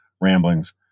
ramblings